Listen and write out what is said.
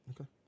Okay